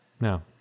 No